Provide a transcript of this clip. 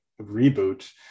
reboot